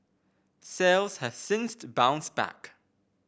sales have since bounced back